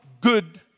good